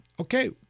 okay